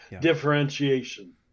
differentiation